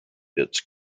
its